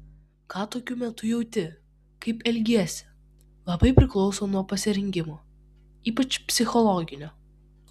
ką tokiu metu jauti kaip elgiesi labai priklauso nuo pasirengimo ypač psichologinio